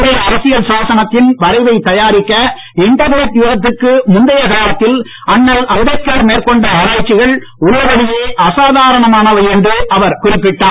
இந்திய அரசியல் சாசனத்தின் வரைவைத் தயாரிக்க இண்டர்நெட் யுகத்துக்கு முந்தைய காலத்தில் அண்ணல் அம்பேத்கார் மேற்கொண்ட ஆராய்ச்சிகள் உள்ளபடியே அசாதாரணமானவை என்று அவர் குறிப்பிட்டார்